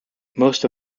most